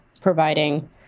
providing